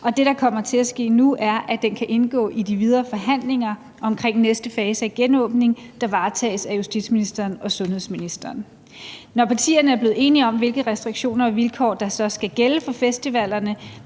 det, der kommer til at ske nu, er, at den kan indgå i de videre forhandlinger omkring næste fase af genåbningen, der varetages af justitsministeren og sundhedsministeren. Når partierne er blevet enige om, hvilke restriktioner og vilkår der så skal gælde for festivalerne,